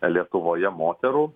lietuvoje moterų